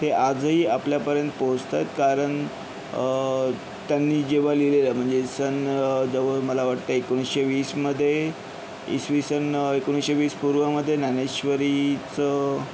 आजही आपल्यापर्यंत पोहोचतात कारण त्यांनी जेव्हा लिहिलेलं म्हणजे सन जवळ मला वाटतं एकोणीसशे वीसमध्ये इसवीसन एकोणीसशे वीस पूर्वमध्ये ज्ञानेश्वरीचं